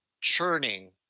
churning